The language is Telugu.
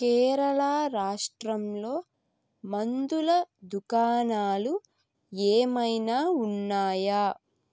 కేరళా రాష్ట్రంలో మందుల దుకాణాలు ఏమైనా ఉన్నాయా